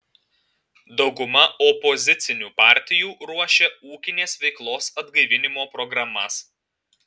dauguma opozicinių partijų ruošia ūkinės veiklos atgaivinimo programas